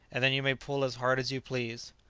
and then you may pull as hard as you please.